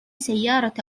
سيارة